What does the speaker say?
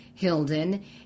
Hilden